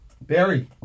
Barry